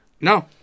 No